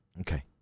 Okay